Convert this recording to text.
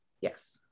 Yes